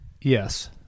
Yes